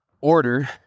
order